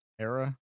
era